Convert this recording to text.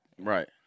Right